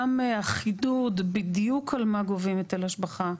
גם החידוד בדיוק על מה גובים היטל השבחה.